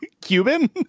Cuban